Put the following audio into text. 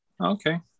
Okay